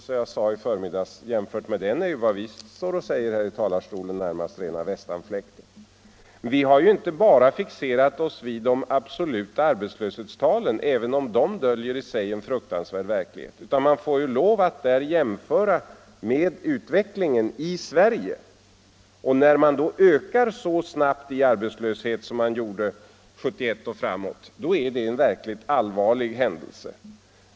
Som jag sade i förmiddags: Jämfört med den är ju vad vi säger här i talarstolen närmast rena västanfläkten. Vi har ju inte bara fixerat oss vid de absoluta arbetslöshetstalen, även om de döljer i sig en fruktansvärd verklighet. Man får ju lov att där jämföra med utvecklingen i Sverige. När arbetslösheten ökar så snabbt som den gjorde 1971 och framåt är det en verkligt allvarlig händelse.